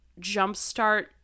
jumpstart